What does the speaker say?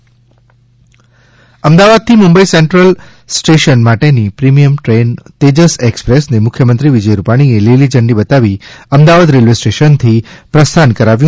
Ahmedabad Mumbai Tejas train Ahmedabad થી Mumbai central station માટે ની પ્રીમિયમ ટ્રેન તેજસ એક્સપ્રેસ ને મુખ્યમંત્રી વિજય રૂપાણી એ લીલી ઝંડી બતાવી અમદાવાદ રેલ્વે સ્ટેશનથી પ્રસ્થાન કરાવ્યું